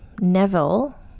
Neville